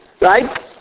right